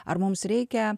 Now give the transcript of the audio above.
ar mums reikia